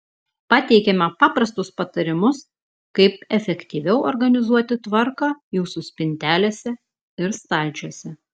pateikiame paprastus patarimus kaip efektyviau organizuoti tvarką jūsų spintelėse ir stalčiuose